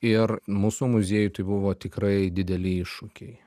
ir mūsų muziejui tai buvo tikrai dideli iššūkiai